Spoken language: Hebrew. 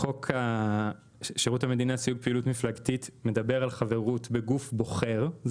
חוק שירות המדינה (סיוג פעילות מפלגתית) מדבר על חברות בגוף בוחר.